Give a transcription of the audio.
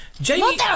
Jamie